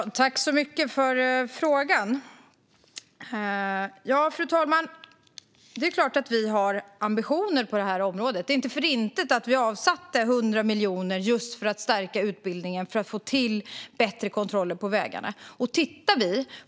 Fru talman! Tack så mycket för frågan! Det är klart att vi har ambitioner på området. Det är inte för inte som vi avsatt 100 miljoner för att just stärka utbildningen och få till bättre kontroller på vägarna.